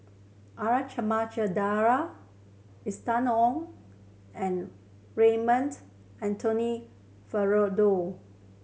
R Ramachandran Austen Ong and Raymond Anthony Fernando